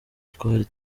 twari